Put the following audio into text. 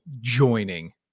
joining